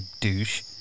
douche